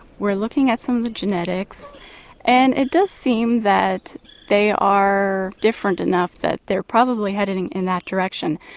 we are looking at some of the genetics and it does seem that they are different enough that they are probably heading in that direction.